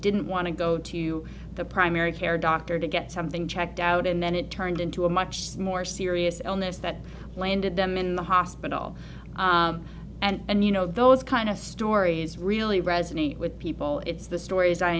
didn't want to go to the primary care doctor to get something checked out and then it turned into a much more serious illness that landed them in the hospital and you know those kind of stories really resonate with people it's the stories i